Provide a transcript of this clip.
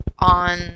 on